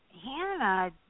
Hannah